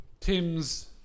Tim's